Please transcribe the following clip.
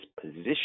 position